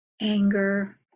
anger